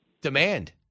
Demand